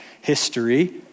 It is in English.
history